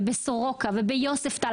בסורוקה וביוספטל.